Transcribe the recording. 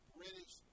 British